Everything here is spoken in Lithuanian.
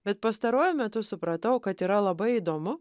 bet pastaruoju metu supratau kad yra labai įdomu